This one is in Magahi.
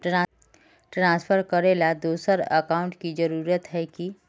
ट्रांसफर करेला दोसर अकाउंट की जरुरत होय है की?